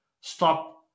stop